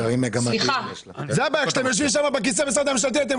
הבעיה שכשאתם יושבים במשרד הממשלתי אתם